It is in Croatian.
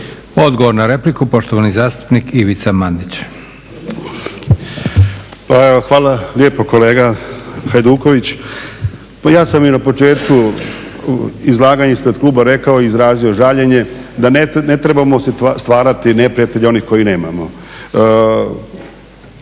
Odgovor na repliku poštovani zastupnik Ivica Mandić. **Mandić, Ivica (HNS)** Hvala lijepo kolega Hajduković. Pa ja sam i na početku izlaganja ispred kluba rekao i izrazio žaljenje da ne trebamo stvarati neprijatelje onih kojih nemamo.